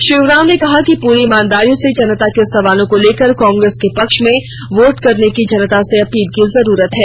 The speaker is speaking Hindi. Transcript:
श्री उरांव ने कहा कि पूरी ईमानदारी से जनता के सवालों को लेकर कांग्रेस के पक्ष में वोट करने की जनता से अपील की जरूरत है